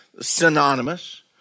synonymous